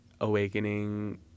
awakening